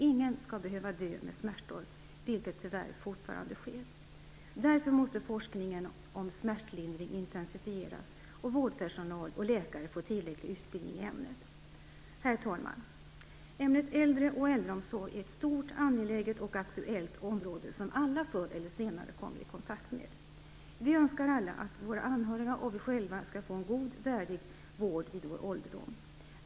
Ingen skall behöva dö med smärtor, vilket tyvärr fortfarande sker. Därför måste forskningen om smärtlindring intensifieras och vårdpersonal och läkare få tillräcklig utbildning i ämnet. Herr talman! Ämnet äldre och äldreomsorg är ett stort, angeläget och aktuellt område, som alla förr eller senare kommer i kontakt med. Vi önskar alla att våra anhöriga och vi själva skall få en god värdig vård vid vår ålderdom.